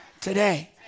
Today